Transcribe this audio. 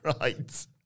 Right